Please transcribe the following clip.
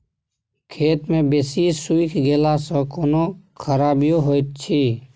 खेत मे बेसी सुइख गेला सॅ कोनो खराबीयो होयत अछि?